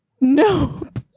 Nope